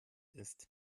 ist